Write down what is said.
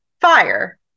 fire